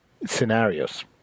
scenarios